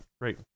Great